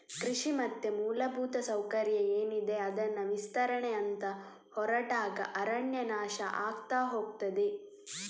ಕೃಷಿ ಮತ್ತೆ ಮೂಲಭೂತ ಸೌಕರ್ಯ ಏನಿದೆ ಅದನ್ನ ವಿಸ್ತರಣೆ ಅಂತ ಹೊರಟಾಗ ಅರಣ್ಯ ನಾಶ ಆಗ್ತಾ ಹೋಗ್ತದೆ